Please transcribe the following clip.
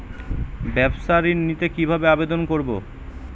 ব্যাবসা ঋণ নিতে কিভাবে আবেদন করব?